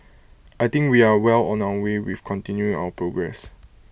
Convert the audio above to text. I think we are well on our way with continuing our progress